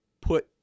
put